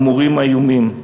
חמורים האיומים,